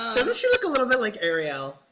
doesn't she look a little bit like ariel?